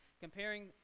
comparing